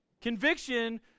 Conviction